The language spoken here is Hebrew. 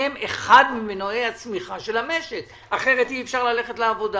הם אחד ממנועי הצמיחה של המשק כי אחרת אי אפשר ללכת לעבודה.